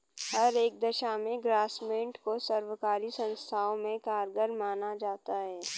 हर एक दशा में ग्रास्मेंट को सर्वकारी संस्थाओं में कारगर माना जाता है